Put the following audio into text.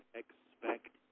expect